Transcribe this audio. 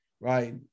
right